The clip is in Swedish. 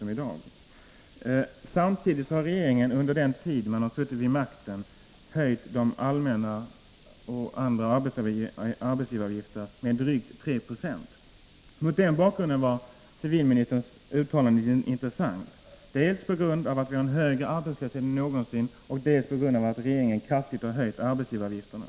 Samtidigt kan vi konstatera att regeringen under den tid den suttit vid makten har höjt den allmänna arbetsgivaravgiften och andra avgifter med drygt 3 920. Civilministerns uttalande var anmärkningsvärt dels på grund av att vi nu har en högre arbetslöshet än någonsin, dels på grund av att regeringen kraftigt har höjt arbetsgivaravgifterna.